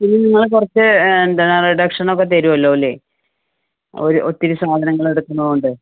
ഇനി നിങ്ങൾ കുറച്ച് എന്താ റിഡക്ഷൻ ഒക്ക തരുമല്ലൊ അല്ലേ ഒര് ഒത്തിരി സാധനങ്ങൾ എടുക്കുന്നോണ്ട്